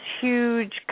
huge